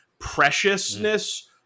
preciousness